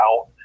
out